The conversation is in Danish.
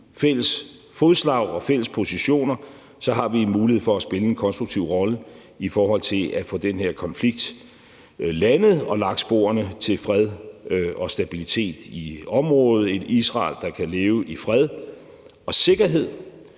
fælles fodslag og fælles positioner, har vi en mulighed for at spille en konstruktiv rolle i forhold til at få den her konflikt landet og lagt sporene til fred og stabilitet i området med et Israel, der kan leve i fred og sikkerhed,